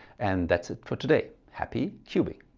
and that's it for today. happy cubing